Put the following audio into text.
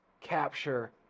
capture